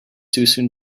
soon